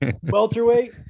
welterweight